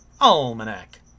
Almanac